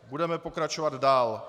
Budeme pokračovat dál.